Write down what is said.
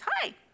Hi